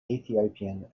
ethiopian